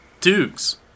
Dukes